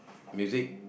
music